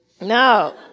No